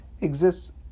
exists